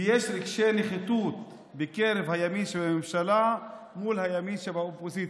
ויש רגשי נחיתות בקרב הימין שבממשלה מול הימין שבאופוזיציה.